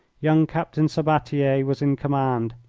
young captain sabbatier was in command,